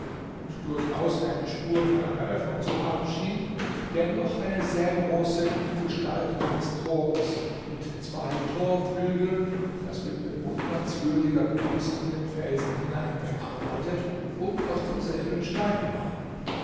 und durchaus keine spur von einer öffnung zu haben schien dennoch eine sehr große in gestalt eines tores mit zwei torflügeln das mit bewundernswürdiger kunst in den felsen hineingearbeitet und aus demselben steine war